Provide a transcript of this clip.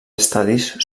estadis